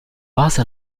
base